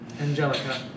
Angelica